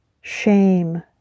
Shame